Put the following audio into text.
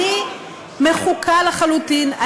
אני מחוקה לחלוטין.